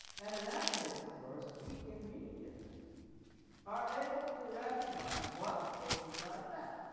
and in that case of course, we immediately are able to recognize what akenside meant,